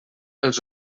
els